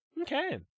Okay